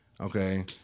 Okay